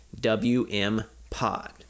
WMPod